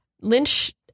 Lynch